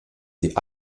die